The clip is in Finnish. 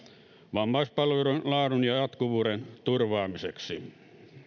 vammaispalveluiden laadun ja jatkuvuuden turvaamiseksi